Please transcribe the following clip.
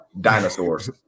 Dinosaurs